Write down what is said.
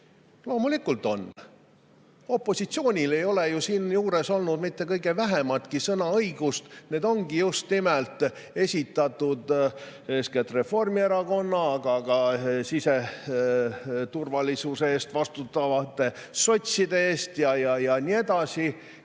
Loomulikult on! Opositsioonil ei ole siin olnud mitte kõige vähematki sõnaõigust. Need ongi just nimelt esitatud eeskätt Reformierakonna, aga ka siseturvalisuse eest vastutavate sotside poolt, ja nii edasi.